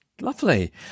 Lovely